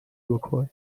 بکن